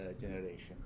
generation